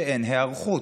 שאין היערכות.